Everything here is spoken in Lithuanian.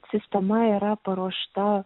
sistema yra paruošta